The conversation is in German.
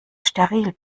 steril